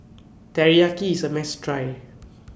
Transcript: Teriyaki IS A must Try